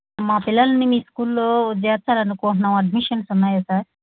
మా పిల్లలని మీ స్కూల్లో చేర్చాలనుకుంట్నాము అడ్మిషన్స్ ఉన్నాయా సార్